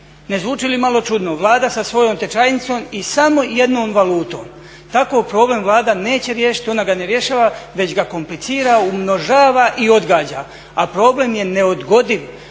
Ne zvuči li malo čudno, Vlada sa svojom tečajnicom i samo jednom valutom. Tako problem Vlada neće riješit, ona ga ne rješava već ga komplicira, umnožava i odgađa, a problem je neodgodiv,